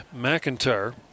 McIntyre